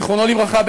זיכרונו לברכה,